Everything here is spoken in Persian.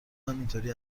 همینطوری